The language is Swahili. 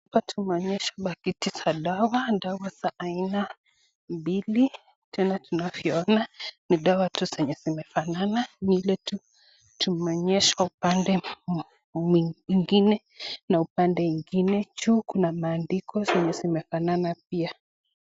Tunaonyeshwa paketi za dawa. Dawa za aina mbili tena tunavyoona ni dawa tu zenye zinafanana ni ile tu tumeonyeshwa upande mwingine na upande ingine. Juu kuna maandiko enye imefanana pia.